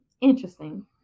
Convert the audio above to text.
Interesting